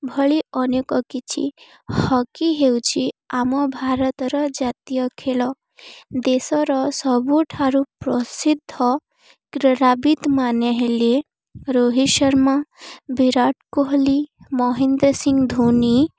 ଭଳି ଅନେକ କିଛି ହକି ହେଉଛି ଆମ ଭାରତର ଜାତୀୟ ଖେଳ ଦେଶର ସବୁଠାରୁ ପ୍ରସିଦ୍ଧ କ୍ରୀଡ଼ାବିତ ମାନେ ହେଲେ ରୋହିତ ଶର୍ମା ବିରାଟ କୋହଲି ମହନ୍ଦ୍ର ସିଂ ଧୋନି